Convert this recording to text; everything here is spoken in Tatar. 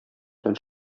белән